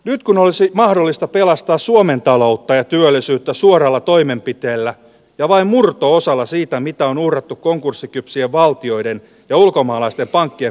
ja kun olisi mahdollista pelastaa suomen taloutta ja työllisyyttä suoralla toimenpiteillä ja vain murto osalla siitä mitä on uurrettu konkurssikypsiä valtioiden ja ulkomaalaisten pankkien